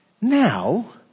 Now